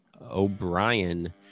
O'Brien